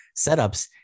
setups